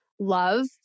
Love